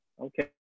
Okay